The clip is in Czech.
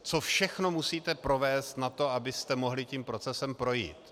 Co všechno musíte provést na to, abyste mohli tím procesem projít.